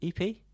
EP